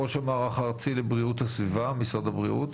ראש המערך הארצי לבריאות הסביבה במשרד הבריאות,